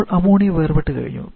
ഇപ്പോൾ അമോണിയ വേർപെട്ടു കഴിഞ്ഞു